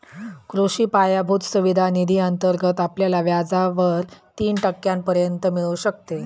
कृषी पायाभूत सुविधा निधी अंतर्गत आपल्याला व्याजावर तीन टक्क्यांपर्यंत मिळू शकते